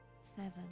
seven